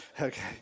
Okay